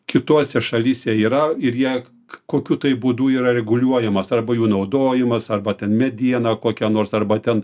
kitose šalyse yra ir ir jie kokiu būdu yra reguliuojamas arba jų naudojimas arba ten mediena kokia nors arba ten